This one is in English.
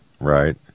Right